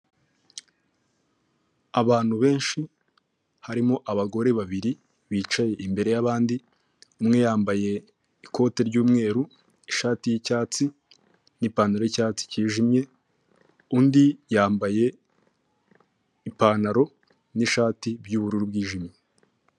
Hirya no hino ugenda usanga hari amasoko atandukanye kandi acuruza ibicuruzwa bitandukanye, ariko amenshi murayo masoko usanga ahuriyeho n'uko abacuruza ibintu bijyanye n'imyenda cyangwa se imyambaro y'abantu bagiye batandukanye. Ayo masoko yose ugasanga ari ingirakamaro cyane mu iterambere ry'umuturage ukamufasha kwiteraza imbere mu buryo bumwe kandi akanamufasha no kubaho neza mu buryo bw'imyambarire.